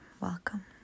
welcome